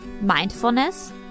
mindfulness